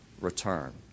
return